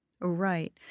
Right